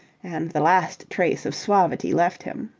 and the last trace of suavity left him.